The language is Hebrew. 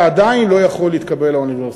אתה עדיין לא יכול להתקבל לאוניברסיטה,